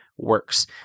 works